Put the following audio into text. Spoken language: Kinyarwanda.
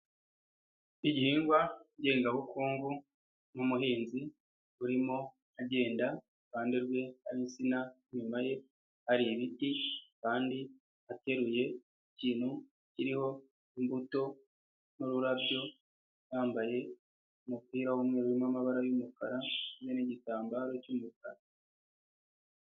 Igihingwa ngengabukungu n'umuhinzi urimo agenda iruhande rwe hari insina, inyuma ye hari ibiti kandi ateruye ikintu kiriho imbuto n'ururabyo yambaye umupira w'umweru n'amabara y'umukara hamwe n'igitambaro cy'umukara.